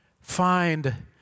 Find